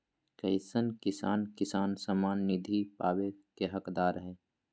कईसन किसान किसान सम्मान निधि पावे के हकदार हय?